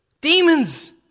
demons